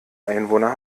einwohner